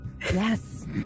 Yes